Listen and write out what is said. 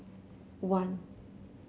one